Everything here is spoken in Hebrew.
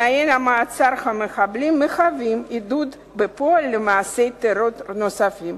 תנאי מעצר המחבלים מהווים עידוד בפועל למעשי טרור נוספים.